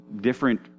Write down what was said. different